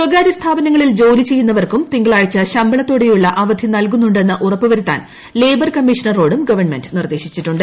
സ്വകാര്യ സ്ഥാപനങ്ങളിൽ ജോലി ചെയ്യുന്നവർക്കും തിങ്കളാഴ്ച ശമ്പളത്തോടെയുള്ള അവധി നൽകുന്നുണ്ടെന്ന് ഉറപ്പ് വരുത്താൻ ലേബർ കമ്മീഷണറോടും ഗവൺമെന്റ് നിർദ്ദേശിച്ചിട്ടുണ്ട്